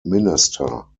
minister